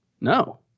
No